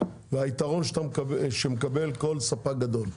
והיתרון שמקבל כל ספק גדול,